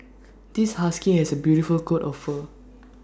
this husky has A beautiful coat of fur